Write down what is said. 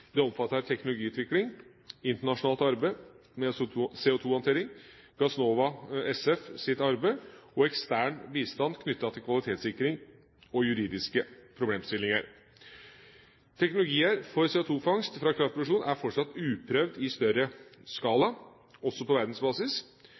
teknologiutvikling, internasjonalt arbeid med CO2-håndtering, Gassnova SFs arbeid og ekstern bistand knyttet til kvalitetssikring og juridiske problemstillinger. Teknologier for CO2-fangst fra kraftproduksjon er fortsatt uprøvd i større skala,